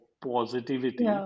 positivity